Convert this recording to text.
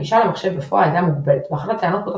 הגישה למחשב בפועל הייתה מוגבלת ואחת הטענות באותה